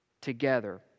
together